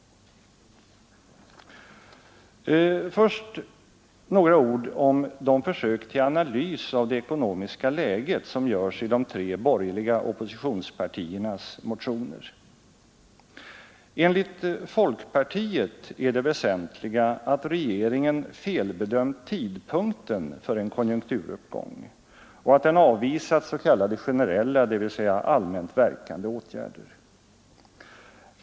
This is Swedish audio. Först några ord om de försök till analys av det ekonomiska läget som görs i de tre borgerliga oppositionspartiernas motioner. Enligt folkpartiet är det väsentliga att regeringen felbedömt tidpunkten för en konjunkturuppgång och att den avvisat s.k. generella, dvs. allmänt verkande åtgärder.